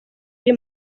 iri